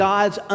God's